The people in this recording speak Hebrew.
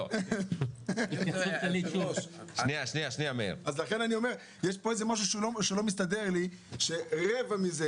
יש פה משהו שלא מסתדר לי, שרבע מזה